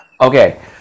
Okay